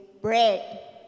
bread